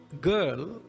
girl